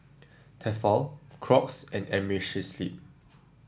Tefal Crocs and Amerisleep